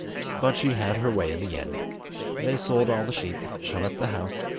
but she had her way in the end they sold all the sheep, shut up the house,